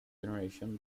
generation